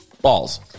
Balls